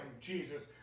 Jesus